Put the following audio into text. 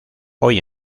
hoy